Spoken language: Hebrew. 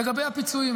לגבי הפיצויים,